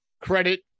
credit